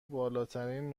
بالاترین